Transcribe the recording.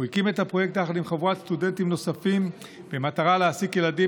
הוא הקים את הפרויקט יחד עם חבורת סטודנטים במטרה להעסיק ילדים